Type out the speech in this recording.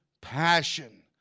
passion